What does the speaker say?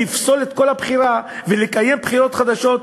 לפסול את כל הבחירה ולקיים בחירות חדשות,